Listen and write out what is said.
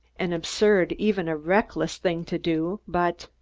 an absurd, even a reckless thing to do, but!